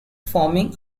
forming